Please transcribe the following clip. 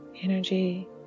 energy